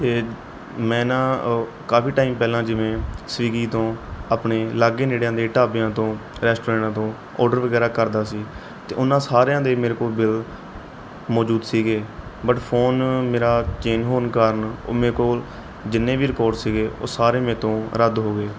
ਅਤੇ ਮੈਂ ਨਾ ਕਾਫੀ ਟਾਈਮ ਪਹਿਲਾਂ ਜਿਵੇਂ ਸਵਿਗੀ ਤੋਂ ਆਪਣੇ ਲਾਗੇ ਨੇੜਿਆਂ ਦੇ ਢਾਬਿਆਂ ਤੋਂ ਰੈਸਟੋਰੈਂਟਾਂ ਤੋਂ ਆਰਡਰ ਵਗੈਰਾ ਕਰਦਾ ਸੀ ਅਤੇ ਉਹਨਾਂ ਸਾਰਿਆਂ ਦੇ ਮੇਰੇ ਕੋਲ ਬਿੱਲ ਮੌਜੂਦ ਸੀਗੇ ਬਟ ਫੋਨ ਮੇਰਾ ਚੇਂਜ ਹੋਣ ਕਾਰਨ ਉਹ ਮੇਰੇ ਕੋਲ ਜਿੰਨੇ ਵੀ ਰਿਕੋਡ ਸੀਗੇ ਉਹ ਸਾਰੇ ਮੇਰੇ ਤੋਂ ਰੱਦ ਹੋ ਗਏ